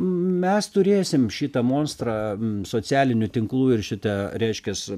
mes turėsim šitą monstrą socialinių tinklų ir šitą reiškias